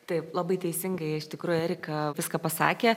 taip labai teisingai iš tikrųjų erika viską pasakė